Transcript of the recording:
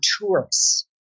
tourists